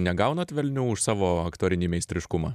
negaunat velnių už savo aktorinį meistriškumą